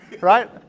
Right